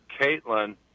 Caitlin